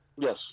Yes